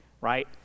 right